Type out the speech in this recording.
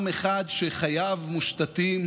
עם אחד, שחייו מושתתים